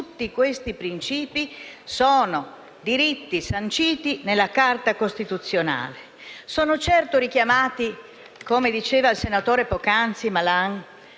Tutti questi principi sono diritti sanciti nella Carta costituzionale e sono certo richiamati - come diceva poc'anzi il senatore Malan